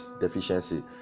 deficiency